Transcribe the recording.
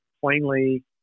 plainly